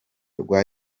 rwa